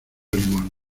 limosna